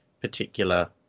particular